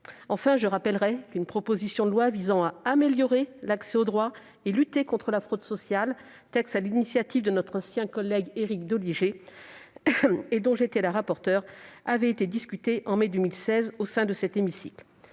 Enfin, je rappelle qu'une proposition de loi visant à améliorer l'accès aux droits et à lutter contre la fraude sociale, déposée par notre ancien collègue Éric Doligé et dont j'étais la rapporteure, avait été discutée en mai 2016 au sein de cet hémicycle.